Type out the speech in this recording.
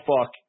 fuck